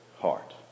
heart